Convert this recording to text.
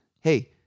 hey